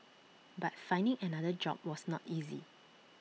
but finding another job was not easy